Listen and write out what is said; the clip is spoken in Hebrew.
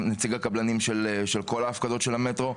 נציג הקבלנים של כל ההפקדות של המטרו.